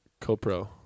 Copro